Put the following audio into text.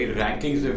rankings